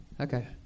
Okay